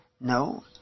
No